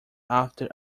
after